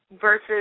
versus